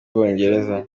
bwongereza